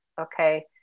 okay